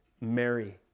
Mary